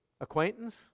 acquaintance